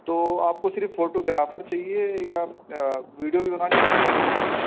تو آپ کو صرف فوٹوگرافر چاہیے یا ویڈیو بھی بنوانی ہے یا صرف فوٹو شوٹ کرانا